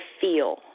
feel